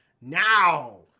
now